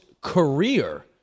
career